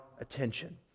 attention